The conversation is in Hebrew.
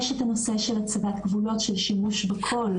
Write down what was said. יש את הנושא של הצבת גבולות של שימוש בכל,